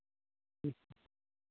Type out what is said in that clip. ᱦᱩᱸ